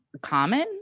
common